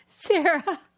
Sarah